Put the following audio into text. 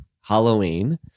Halloween